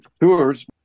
tours